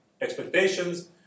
expectations